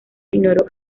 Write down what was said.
ignoró